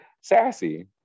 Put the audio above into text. Sassy